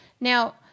Now